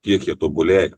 kiek jie tobulėja